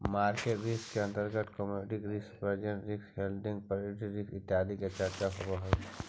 market risk के अंतर्गत commodity risk, margin risk, holding period risk इत्यादि के चर्चा होवऽ हई